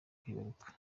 kwibaruka